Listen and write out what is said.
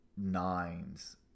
nines